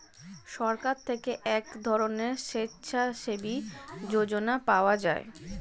সরকার থেকে এক ধরনের স্বেচ্ছাসেবী যোজনা পাওয়া যায়